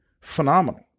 phenomenal